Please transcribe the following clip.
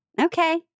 Okay